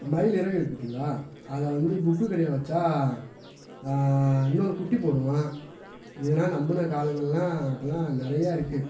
மயில் இறகு இருக்குது பார்த்தீங்களா அதை வந்து புக்குக்கு அடியில் வைச்சா இன்னொரு குட்டி போடும் இதெல்லாம் நம்பின காலங்கெல்லாம் அப்பெலாம் நிறையா இருக்குது